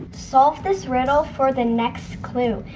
solve this riddle for the next clue.